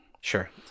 Sure